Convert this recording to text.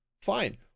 Fine